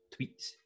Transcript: tweets